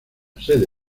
sede